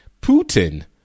Putin